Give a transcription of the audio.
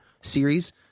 series